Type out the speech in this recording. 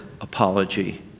apology